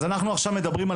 אז אנחנו עכשיו מדברים,